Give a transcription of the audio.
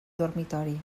dormitori